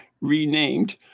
renamed